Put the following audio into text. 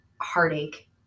heartache